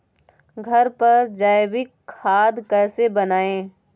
घर पर जैविक खाद कैसे बनाएँ?